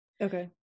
Okay